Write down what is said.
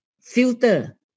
filter